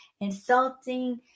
insulting